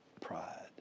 pride